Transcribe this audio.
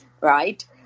right